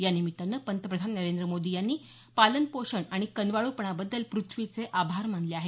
यानिमित्तानं पंतप्रधान नरेंद्र मोदी यांनी पालनपोषण आणि कनवाळूपणाबद्दल प्रथ्वीचे आभार मानले आहेत